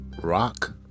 Rock